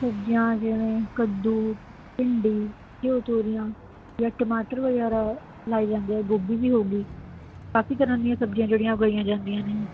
ਸਬਜ਼ੀਆਂ ਜਿਵੇਂ ਕੱਦੂ ਭਿੰਡੀ ਤੋਰੀਆਂ ਜਾਂ ਟਮਾਟਰ ਵਗੈਰਾ ਲਾਏ ਜਾਂਦੇ ਆ ਗੋਭੀ ਵੀ ਹੋ ਗਈ ਕਾਫੀ ਤਰ੍ਹਾਂ ਦੀਆਂ ਸਬਜ਼ੀਆਂ ਜਿਹੜੀਆਂ ਉਗਾਈਆਂ ਜਾਂਦੀਆਂ ਨੇ